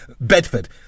Bedford